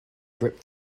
grip